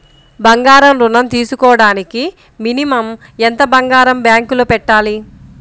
బంగారం ఋణం తీసుకోవడానికి మినిమం ఎంత బంగారం బ్యాంకులో పెట్టాలి?